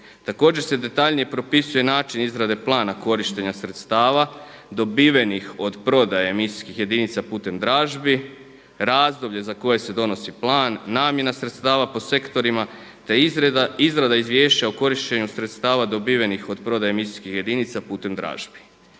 Također se detaljnije propisuje način izrade plana korištenja sredstava dobivenih od prodaje emisijskih jedinica putem dražbi, razdoblje za koje se donosi plan, namjena sredstava po sektorima te izrada izvješća o korištenju sredstava dobivenih od prodaje emisijskih jedinica putem dražbi.